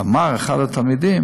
אמר אחד התלמידים: